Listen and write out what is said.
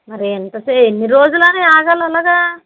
మరి ఎంత సే ఎన్ని రోజులని ఆగాలి అలాగా